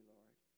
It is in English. Lord